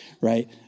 right